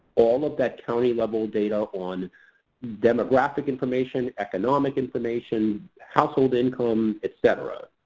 all of that county-level data, on demographic information, economic information, household income, etc.